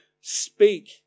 speak